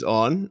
on